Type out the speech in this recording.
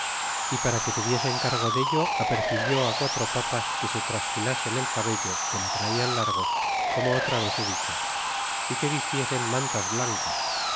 y para que tuviesen cargo dello apercibió quatro papas que se trasquilasen el cabello que lo traian largo como otra vez he dicho y que vistiesen mantas blancas